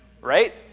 right